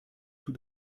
tout